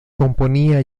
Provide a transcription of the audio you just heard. componía